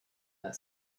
that